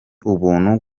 ubuntu